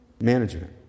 Management